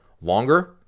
longer